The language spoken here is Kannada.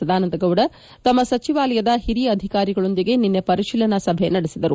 ಸದಾನಂದ ಗೌಡ ತಮ್ಮ ಸಚಿವಾಲಯದ ಹಿರಿಯ ಅಧಿಕಾರಿಗಳೊಂದಿಗೆ ನಿನ್ನೆ ಪರಿಶೀಲನಾ ಸಭೆ ನಡೆಸಿದರು